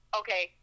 okay